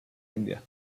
india